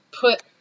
put